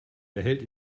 behält